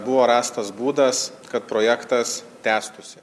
buvo rastas būdas kad projektas tęstųsi